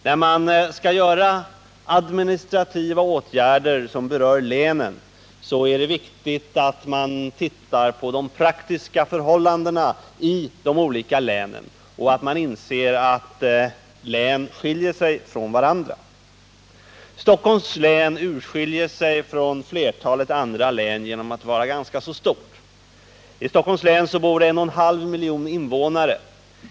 När man skall vidta administrativa åtgärder som berör länen är det viktigt att man tittar på de praktiska förhållandena i de olika länen och att man inser att län skiljer sig från varandra. Stockholms län skiljer sig från flertalet andra län genom att vara ganska stort. I Stockholms län finns en och en halv miljon invånare.